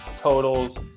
totals